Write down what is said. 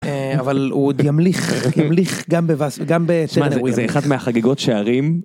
אבל הוא עוד ימליך ימליך גם ב... שמע, זה אחד מהחגיגות שערים.